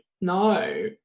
no